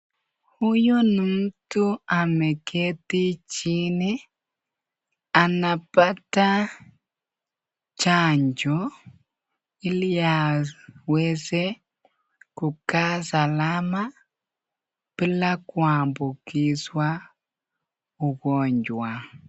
Huyu ni mtu ameketi chini anapata chanjo ili aweze kukaa salama bila kuambukizwa ugonjwa.